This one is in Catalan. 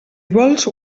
vols